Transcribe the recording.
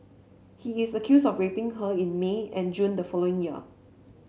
he is accused of raping her in May and June the following year